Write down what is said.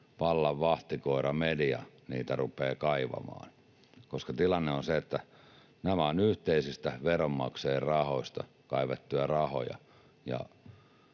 vallan vahtikoira, media, niitä rupeaa kaivamaan. Tilanne on se, että nämä ovat yhteisistä veronmaksajien rahoista kaivettuja rahoja